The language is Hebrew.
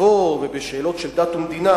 סטטוס-קוו ובשאלות של דת ומדינה,